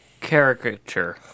caricature